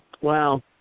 Wow